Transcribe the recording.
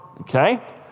okay